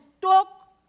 talk